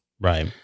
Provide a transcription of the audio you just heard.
right